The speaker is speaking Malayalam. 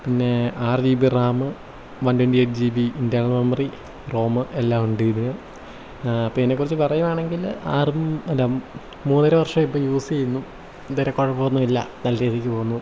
പിന്നെ ആറ് G B RAM one twenty eight G B internal memory ROM എല്ലാം ഉണ്ടിതിന് അപ്പോൾ ഇതിനെക്കുറിച്ച് പറയുവാണെങ്കിൽ ആറ് അല്ല മൂന്നര വർഷമായി ഇപ്പോൾ യൂസ് ചെയ്യുന്നു ഇതുവരെ കുഴപ്പമൊന്നുമില്ല നല്ല രീതിക്ക് പോകുന്നു